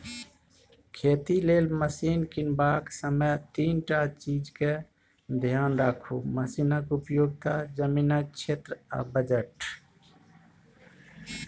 खेती लेल मशीन कीनबाक समय तीनटा चीजकेँ धेआन राखु मशीनक उपयोगिता, जमीनक क्षेत्र आ बजट